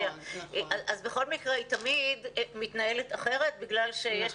אז בכל מקרה היא תמיד מתנהלת אחרת בגלל שיש